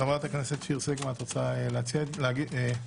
חברת הכנסת שיר סגמן, את רוצה להציג את זה?